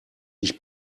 ich